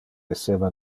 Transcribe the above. esseva